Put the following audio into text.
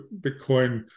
Bitcoin